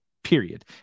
Period